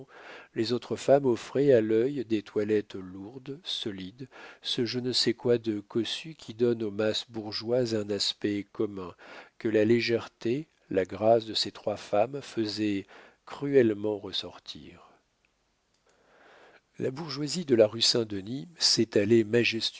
les autres femmes offraient à l'œil des toilettes lourdes solides ce je ne sais quoi de cossu qui donne aux masses bourgeoises un aspect commun que la légèreté la grâce de ces trois femmes faisaient cruellement ressortir la bourgeoisie de la rue saint-denis s'étalait